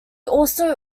also